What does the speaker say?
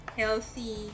healthy